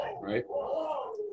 right